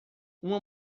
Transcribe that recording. uma